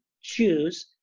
choose